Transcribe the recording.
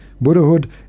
Buddhahood